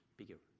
bigger